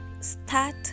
start